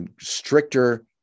stricter